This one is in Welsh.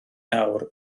nawr